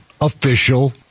Official